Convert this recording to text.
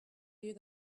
you